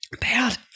Bad